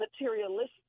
materialistic